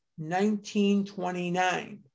1929